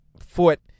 foot